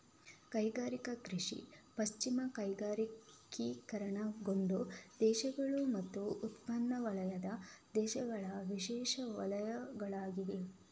ಕೈಗಾರಿಕಾ ಕೃಷಿ ಪಶ್ಚಿಮದ ಕೈಗಾರಿಕೀಕರಣಗೊಂಡ ದೇಶಗಳು ಮತ್ತು ಉಷ್ಣವಲಯದ ದೇಶಗಳ ವಿಶೇಷ ವಲಯಗಳಾಗಿವೆ